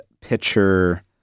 pitcher